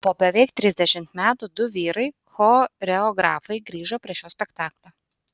po beveik trisdešimt metų du vyrai choreografai grįžo prie šio spektaklio